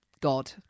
God